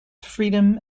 freedom